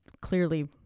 clearly